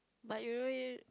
but you alrea~